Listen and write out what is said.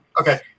Okay